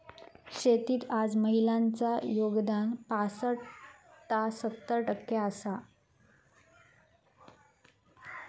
शेतीत आज महिलांचा योगदान पासट ता सत्तर टक्के आसा